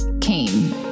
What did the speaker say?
came